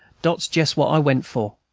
dot's jess what i went for.